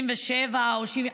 1967 או 1970,